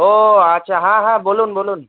ও আচ্ছা হ্যাঁ হ্যাঁ বলুন বলুন